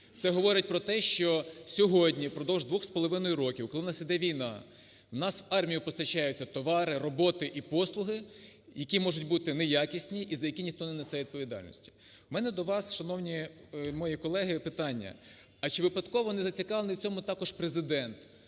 Це говорить про те, що сьогодні впродовж двох з половиною років, коли у нас йде війна, у нас в армію постачаються товари, роботи і послуги, які можуть бути не якісні і за які ніхто не несе відповідальності. У мене до вас, шановні мої колеги, питання, а чи випадково незацікавлений в цьому також Президент?